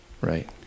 right